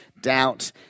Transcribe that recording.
doubt